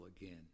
again